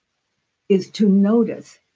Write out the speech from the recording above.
is to notice,